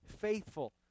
faithful